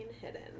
hidden